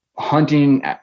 hunting